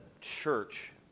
church